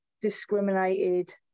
discriminated